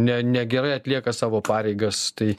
ne negerai atlieka savo pareigas tai